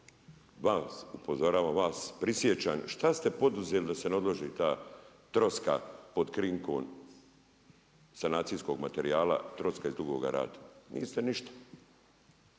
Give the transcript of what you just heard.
vas, upozoravam vas, prisjećam što ste poduzeli da se ne odloži ta troska pod krinkom sanacijskog materijala troska iz Dugoga Rata. Niste ništa.